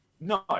No